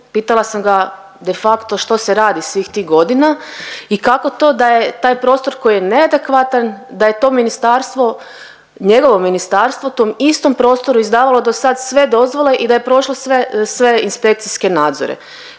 Pitala sam ga de facto što se radi svih tih godina i kako to da je taj prostor koji je neadekvatan da je to ministarstvo, njegovo ministarstvo tom istom prostoru izdavalo do sad sve dozvole i da je prošlo sve inspekcijske nadzore.